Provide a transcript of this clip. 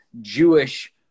Jewish